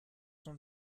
sont